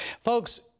Folks